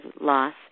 loss